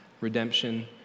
redemption